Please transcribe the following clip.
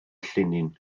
llinyn